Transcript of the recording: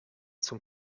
zum